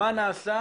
מה נעשה,